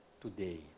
today